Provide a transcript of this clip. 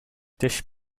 dished